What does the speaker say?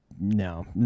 No